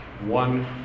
One